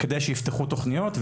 כדי שיפתחו תכניות,